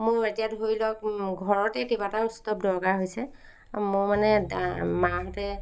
মোৰ এতিয়া ধৰি লওক ঘৰতেই কেইবাটাও ষ্ট'ভ দৰকাৰ হৈছে মোৰ মানে মাহঁতে